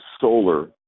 solar